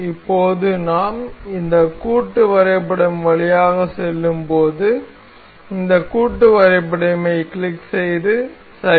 இப்போது நாம் இந்த கூட்டு வரைபடம் வழியாக செல்லும்போது இந்த கூட்டு வரைபடம்யை கிளிக் செய்து சரி